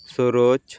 Saroj